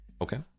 Okay